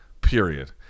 Period